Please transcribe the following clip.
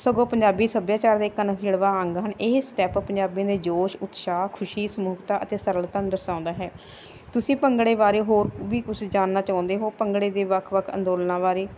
ਸਗੋਂ ਪੰਜਾਬੀ ਸੱਭਿਆਚਾਰ ਦੇ ਇਕ ਅਨ੍ਖਿੜਵਾ ਅੰਗ ਹਨ ਇਹ ਸਟੈਪ ਪੰਜਾਬੀਆ ਦੇ ਜੋਸ਼ ਉਤਸਾਹ ਖੁਸ਼ੀ ਸਮੁਖਤਾ ਅਤੇ ਸਰਲ ਤੁਹਾਨੂੰ ਦਰਸਾਉਂਦਾ ਹੈ ਤੁਸੀਂ ਭੰਗੜੇ ਬਾਰੇ ਹੋਰ ਵੀ ਕੁਝ ਜਾਣਨਾ ਚਾਹੁੰਦੇ ਹੋ ਭੰਗੜੇ ਦੇ ਵੱਖ ਵੱਖ ਅੰਦੋਲਨਾਂ ਬਾਰੇ